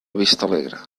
vistalegre